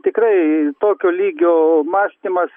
tikrai tokio lygio mąstymas